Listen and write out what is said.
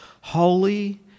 holy